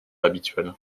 habituelle